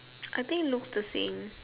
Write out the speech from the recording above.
I think looks the same